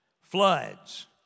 floods